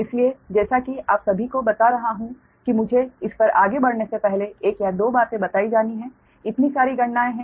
इसलिए जैसा कि आप सभी को बता रहा हूं कि मुझे इस पर आगे बढ़ने से पहले 1 या 2 बातें बताई जानी चाहिए इतनी सारी गणनाएं हैं